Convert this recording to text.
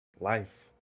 Life